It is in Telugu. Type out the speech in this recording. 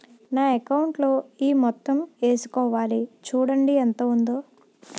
నా అకౌంటులో ఈ మొత్తం ఏసుకోవాలి చూడండి ఎంత ఉందో